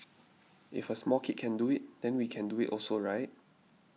if a small kid can do it then we can do it also right